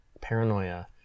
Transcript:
paranoia